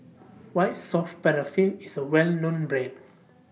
White Soft Paraffin IS A Well known Brand